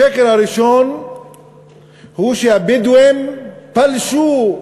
השקר הראשון הוא שהבדואים פלשו,